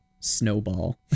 snowball